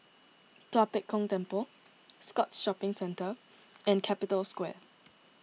Tua Pek Kong Temple Scotts Shopping Centre and Capital Square